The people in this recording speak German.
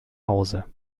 hause